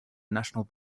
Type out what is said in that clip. national